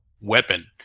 weapon